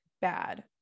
bad